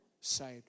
saved